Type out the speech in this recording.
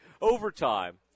overtime